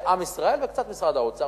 עם ישראל וקצת משרד האוצר,